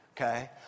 okay